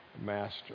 master